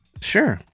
Sure